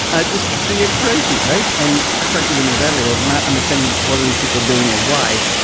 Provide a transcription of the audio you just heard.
ah just the inspiration, right. and frankly, when you're that little not understanding, what are these people doing or why?